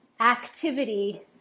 activity